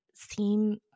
Seem